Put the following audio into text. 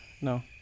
No